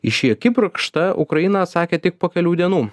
į šį akibrokštą ukraina atsakė tik po kelių dienų